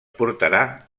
portarà